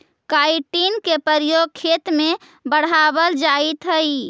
chitin के प्रयोग खेत में बढ़ावल जाइत हई